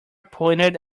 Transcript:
pointed